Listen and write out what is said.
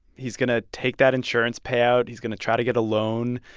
he's going to take that insurance payout. he's going to try to get a loan.